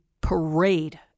parade